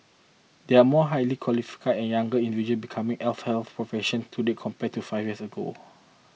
there are more highly qualified and younger individual becoming allied health professional today compared to five years ago